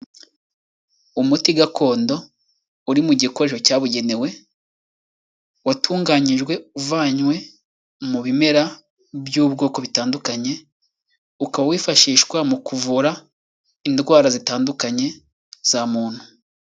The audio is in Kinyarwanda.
Umuti gakondo uri mu gikoresho cyabugenewe watunganyijwe uvanywe mu bimera by'ubwoko butandukanye ukaba wifashishwa mu kuvura indwara zitandukanye za muntu.